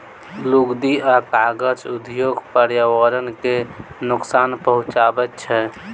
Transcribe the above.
लुगदी आ कागज उद्योग पर्यावरण के नोकसान पहुँचाबैत छै